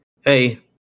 hey